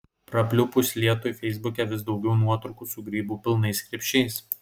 prapliupus lietui feisbuke vis daugiau nuotraukų su grybų pilnais krepšiais